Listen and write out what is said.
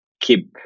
keep